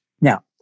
Now